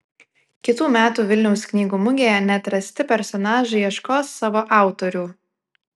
kitų metų vilniaus knygų mugėje neatrasti personažai ieškos savo autorių